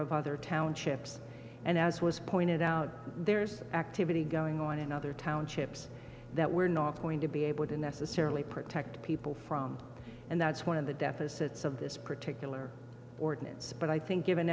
of other townships and as was pointed out there's activity going on in other townships that we're not going to be able to necessarily protect people from and that's one of the deficit's of this particular ordinance but i think given